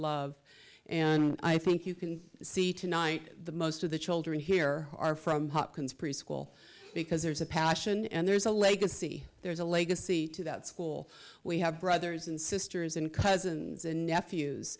love and i think you can see tonight most of the children here are from preschool because there's a passion and there's a legacy there's a legacy to that school we have brothers and sisters and cousins and nephews